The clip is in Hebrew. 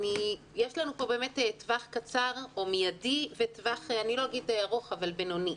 יש לנו פה באמת טווח קצר או מיידי וטווח לא אגיד ארוך אבל בינוני.